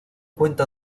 cuenta